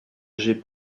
j’aie